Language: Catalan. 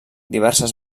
diverses